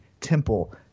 Temple